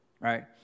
right